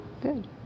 Good